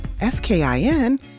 S-K-I-N